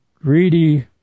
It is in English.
greedy